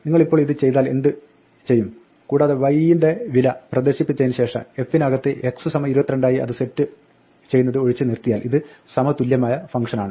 നിങ്ങളിപ്പോൾ ഇത് ചെയ്താൽ എന്ത് ചെയ്യും കൂടാതെ y ന്റെ വില പ്രദർശിപ്പിച്ചതിന് ശേഷം f നകത്ത് x 22 ആയി അത് സെറ്റ് ചെയ്യുന്നത് ഒഴിച്ചു നിർത്തിയാൽ ഇത് സമതുല്യമായ ഫംഗ്ഷനാണ്